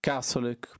Catholic